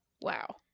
Wow